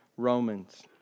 Romans